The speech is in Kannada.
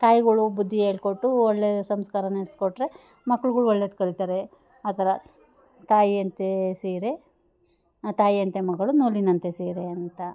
ತಾಯಿಗಳು ಬುದ್ಧಿ ಹೇಳ್ಕೊಟ್ಟು ಒಳ್ಳೆ ಸಂಸ್ಕಾರ ನಡೆಸ್ಕೊಟ್ರೆ ಮಕ್ಳುಗಳು ಒಳ್ಳೆದು ಕಲಿತಾರೆ ಆ ಥರ ತಾಯಿಯಂತೆ ಸೀರೆ ತಾಯಿಯಂತೆ ಮಗಳು ನೂಲಿನಂತೆ ಸೀರೆ ಅಂತ